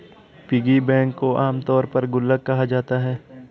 piggy bank को आमतौर पर गुल्लक कहा जाता है